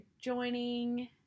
joining